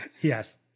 Yes